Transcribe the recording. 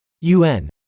un